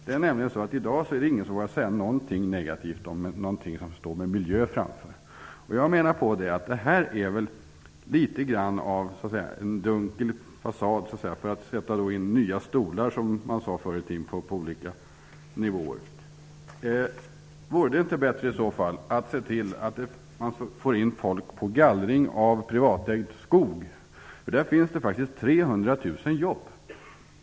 Det är nämligen så, att i dag vågar ingen säga någonting negativt om någonting som det står miljö framför. Jag menar att det här väl är litet grand av en dunkel fasad för att sätta in nya stolar, som man sade förr i tiden, på olika nivåer. Vore det inte bättre i så fall att se till att man får in folk på gallring av privatägd skog. Där finns det faktiskt 300 000 jobb.